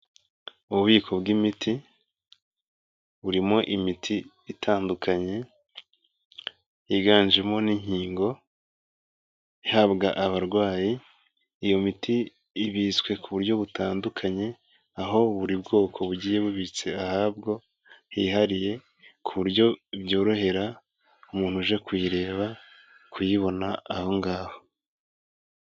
Ububiko bw'imiti, burimo imiti itandukanye, yiganjemo n'inkingo ihabwa abarwayi, iyo miti ibitswe ku buryo butandukanye, aho buri bwoko bugiye bubitse ahabwo hihariye, ku buryo byorohera umuntu uje kuyireba kuyibona aho ngaho.